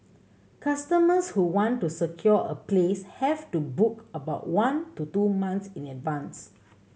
customers who want to secure a place have to book about one to two months in advance